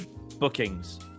bookings